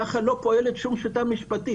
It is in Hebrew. ככה לא פועלת שום חוקה משפטית.